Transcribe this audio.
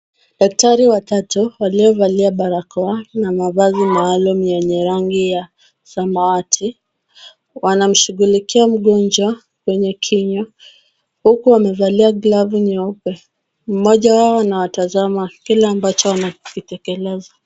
Daktari watatu waliovalia barakoa na mavazi maalum yenye rangi ya samawati wanamshughulikia mgonjwa kwenye kinywa huku wamevalia glavu nyeupe. Mmoja wao anawatazama Kila ambacho wanakitekeleza.